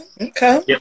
Okay